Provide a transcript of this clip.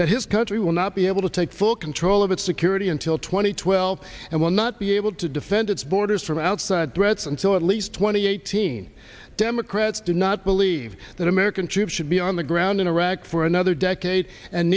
that his country will not be able to take full control of its security until two thousand and twelve and will not be able to defend its borders from outside threats until at least twenty eighteen democrats do not believe that american troops should be on the ground in iraq for another decade and